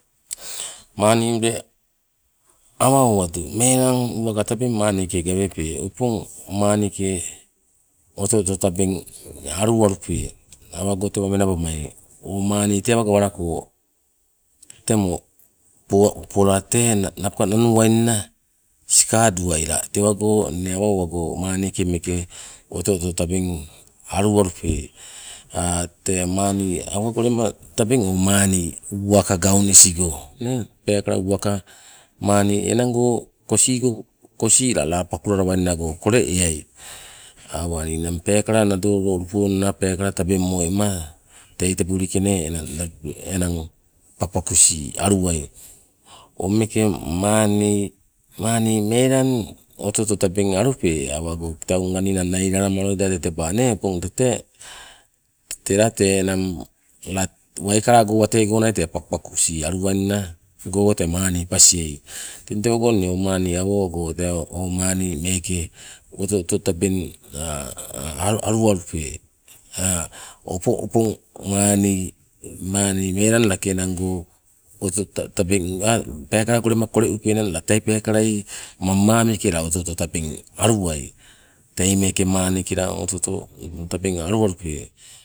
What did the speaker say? Maani ule awa owatu melang uwaka tabeng maani ke gawepe opong maani ke oto oto tabeng aluwalupe, awago tewa menabamai o maani tee awa gawalako temo pola tee napoka nanuwainna, sikaduai la tewago inne awa owago maani ke oto oto tabeng aluwalupe tee maani awago lema tabeng o manni uwaka gaunisigo nee. Peekala uwaka maani enang go kosiiko, kosii la pakuluwainna go kole eai, ninang peekala tabeng loluponna mo ema tei enang pakupakusi aluwai. O meeke manni, maani melang oto oto tabeng alupe awago kitaunga nailalama loida tee teba nee opong tee enang la waikalago wate go nai pakupakusi aluwainna tee maani pasiei, teng tewago o maani meeke oto oto tabeng aluwalupe, opong opong maani, maani melang lake enang go peekala go lema kole epenang la tei peekalai mammamike oto oto tabeng aluwai, tei meeke maani ke la oto oto tabeng aluwalupe.